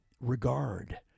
regard